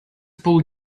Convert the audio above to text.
poor